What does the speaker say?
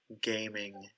gaming